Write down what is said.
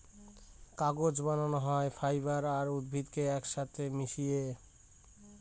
কাগজ বানানো হয় ফাইবার আর উদ্ভিদকে এক সাথে মিশিয়ে